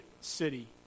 city